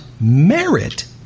merit